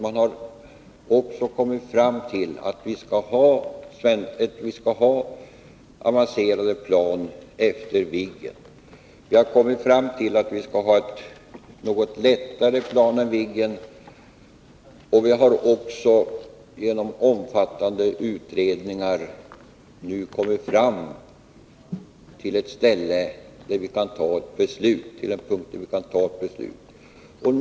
Man har kommit fram till att vi skall ha avancerade plan efter Viggen. Vi har också kommit fram till att vi skall ha ett något lättare plan än Viggen, och genom omfattande utredningar har vi även kommit fram till en punkt där vi kan ta ett beslut nu.